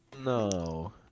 No